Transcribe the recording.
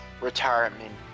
retirement